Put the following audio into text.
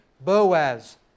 Boaz